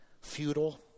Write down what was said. Feudal